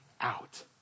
out